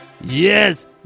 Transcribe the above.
Yes